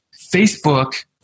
Facebook